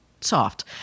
soft